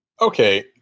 Okay